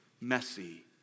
messy